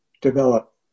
develop